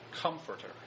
comforter